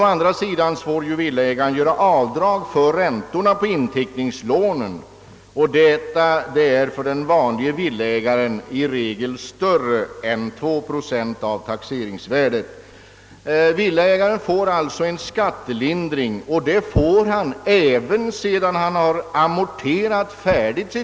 Å andra sidan får emellertid villaägaren: göra avdrag för räntorna på inteckningslånen och detta motsvarar för den vanliga villaägaren i regel mer än 2 procent av taxeringsvärdet. Villaägaren får alltså en skattelindring och detta även sedan han slutamorterat sitt lån.